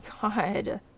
God